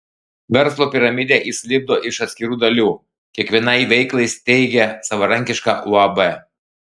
verslo piramidę jis lipdo iš atskirų dalių kiekvienai veiklai steigia savarankišką uab